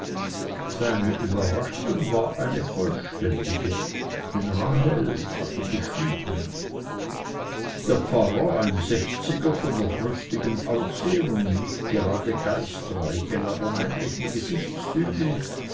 seine überraschung war eine vollständige denn rahel hatte geschwiegen der pfarrer ein sechziger von noch rüstigem aussehen und nicht gerade geistreichen aber männlichen gesichtszügen